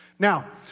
Now